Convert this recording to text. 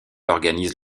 organise